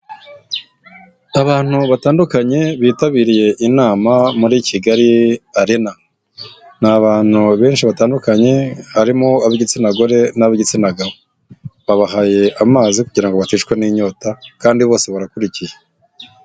Abantu batandukanye bitabiriye inama muri Kigali arena. Ni abantu benshi batandukanye harimo ab'igitsina gore n'ab'igitsina gabo. Babahaye amazi kugira ngo baticwa n'inyota kandi bose barakurikiye.